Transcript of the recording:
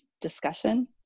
discussion